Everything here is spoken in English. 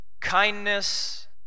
kindness